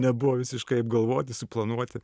nebuvo visiškai apgalvoti suplanuoti